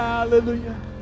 Hallelujah